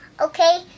Okay